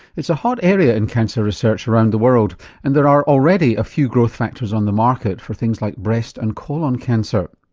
it's a hot area in cancer research around the world and there are already a few growth factors on the market for things like breast and colon cancer.